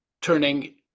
turning